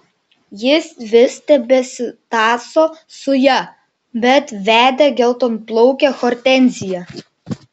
jis vis tebesitąso su ja bet vedė geltonplaukę hortenziją